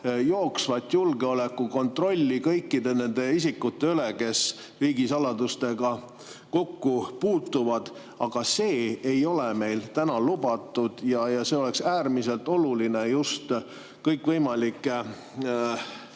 jooksvat julgeolekukontrolli kõikide nende isikute üle, kes riigisaladustega kokku puutuvad. Aga see ei ole meil lubatud. See oleks äärmiselt oluline just kõikvõimalike